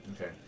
Okay